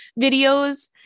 videos